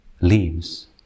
lives